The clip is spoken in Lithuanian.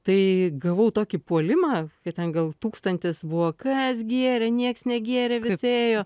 tai gavau tokį puolimą kad ten gal tūkstantis buvo kas gėrė nieks negėrė virpėjo